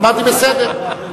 אמרתי: בסדר.